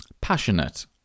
passionate